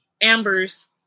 Amber's